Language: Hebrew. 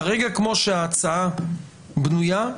כרגע כמו שההצעה בנויה,